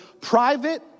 private